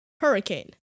Hurricane